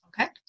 Okay